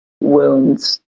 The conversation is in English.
wounds